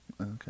okay